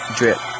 drip